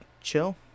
chill